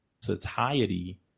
satiety